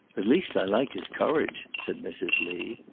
at least i like his courage, said mrs. lee.